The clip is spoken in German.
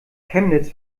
chemnitz